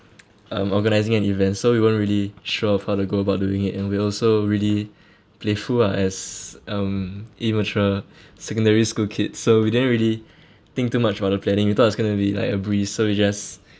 um organising an event so we weren't really sure of how to go about doing it and we also really playful lah as um immature secondary school kids so we didn't really think too much about the planning we thought it's going to be like a breeze so we just